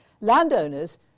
Landowners